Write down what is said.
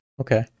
okay